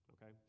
Okay